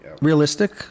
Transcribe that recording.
realistic